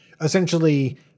essentially